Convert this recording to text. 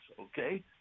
okay